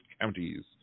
counties